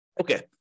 Okay